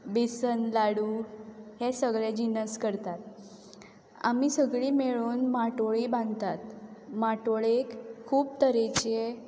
बेसन लाडू हे सगळे जिनस करतात आमी सगळी मेळून माटोळी बांदतात माटोळेक खूब तरेचे